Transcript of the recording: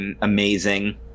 amazing